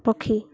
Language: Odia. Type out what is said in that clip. ପକ୍ଷୀ